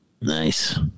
Nice